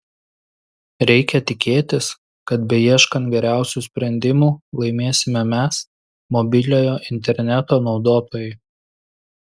reikia tikėtis kad beieškant geriausių sprendimų laimėsime mes mobiliojo interneto naudotojai